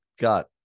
got